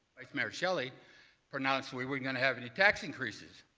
vice mayor shelley pronouncing we weren't going to have any tax increases.